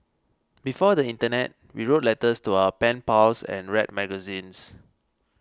before the internet we wrote letters to our pen pals and read magazines